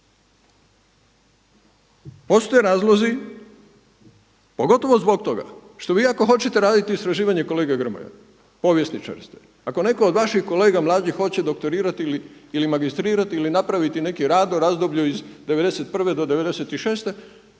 Postoje razlozi pogotovo zbog toga što vi ako hoćete raditi istraživanje kolega Grmoja, povjesničar ste, ako netko od vaših kolega mlađih hoće doktorirati ili magistrirati, ili napraviti neki rad u razdoblju iz 91. do 96.